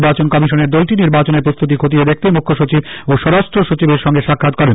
নির্বাচন কমিশনের দলটি নির্বাচনের প্রস্তুতি খতিয়ে দেখতে মুখ্যসচিব ও স্বরাষ্ট্র সচিবের সঙ্গে সাক্ষাত করেন